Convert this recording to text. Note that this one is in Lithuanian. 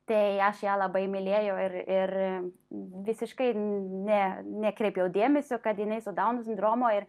tai aš ją labai mylėjau ir ir visiškai ne nekreipiau dėmesio kad jinai su dauno sindromu ir